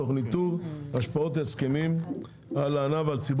תוך ניתור השפעות ההסכמים על הענף ועל ציבור